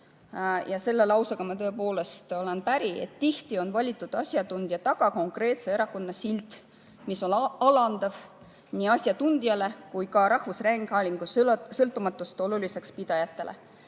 ja selle lausega ma tõepoolest olen päri, tihti on valitud asjatundja taga konkreetse erakonna silt, mis on alandav nii asjatundjale kui ka rahvusringhäälingu sõltumatust oluliseks pidajatele.